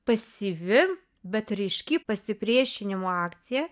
pasyvi bet ryški pasipriešinimo akcija